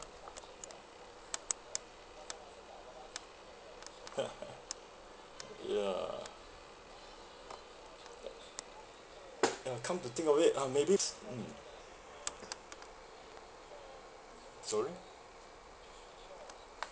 ya ya come to think of it um maybe it's mm sorry